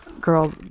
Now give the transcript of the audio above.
girl